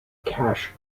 cash